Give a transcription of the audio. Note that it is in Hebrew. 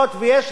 אז זה תקף.